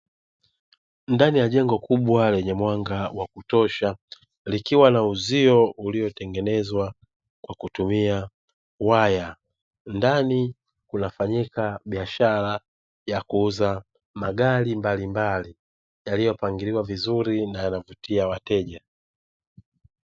Ndani ya jengo kubwa lenye mwanga wa kutosha likiwa na uzio uliotengenezwa kwa kutumia waya, ndani kunafanyika biashara ya kuuza magari mbalimbali yaliyopangiliwa vizuri na yanavutia wateja.